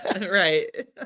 Right